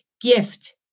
gift